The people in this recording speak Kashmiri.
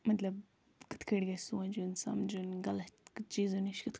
مطلب کِتھ کٲٹھۍ گَژھِ سوٗنٛچُن سَمجُن غَلط چیٖزَن نِش کِتھ